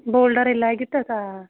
boulder ہَے لاگہِ تَتھ آ